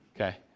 okay